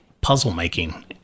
puzzle-making